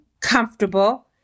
comfortable